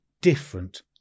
different